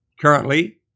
Currently